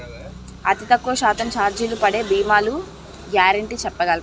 అతి తక్కువ శాతం ఛార్జీలు పడే భీమాలు గ్యారంటీ చెప్పగలరా?